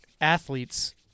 athletes